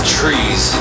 trees